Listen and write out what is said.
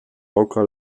oka